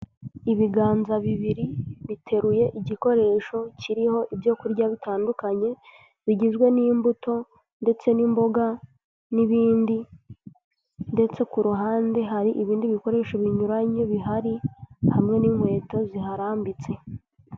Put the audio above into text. Ibiganza bibiri biteruye igikoresho kiriho ibyo kurya bitandukanye, bigizwe n'imbuto ndetse n'imboga n'ibindi ndetse ku ruhande hari ibindi bikoresho binyuranye bihari, hamwe n'inkweto ziharambitse.